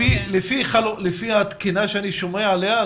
לפי התקינה שאני שומע עליה,